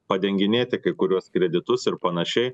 padenginėti kai kuriuos kreditus ir panašiai